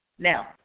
Now